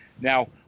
Now